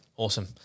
Awesome